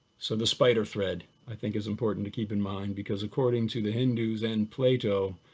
so the spider thread, i think is important to keep in mind because according to the hindus and plato,